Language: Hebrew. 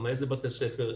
איזה בתי ספר,